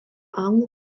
anglų